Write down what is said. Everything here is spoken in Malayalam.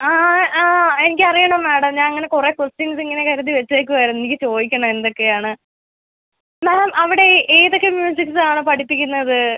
ആ ആ ആ എനിക്കറിയണം മാഡം ഞാനങ്ങനെ കുറേ ക്വൊസ്റ്റ്യൻസ് ഇങ്ങനെ കരുതി വെച്ചേക്കുവായിരുന്നു എനിക്ക് ചോദിക്കണം എന്തൊക്കെയാണ് മാം അവിടെ ഏതൊക്കെ മ്യൂസിക്സ് ആണ് പഠിപ്പിക്കുന്നത്